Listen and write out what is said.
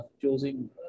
choosing